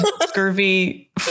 scurvy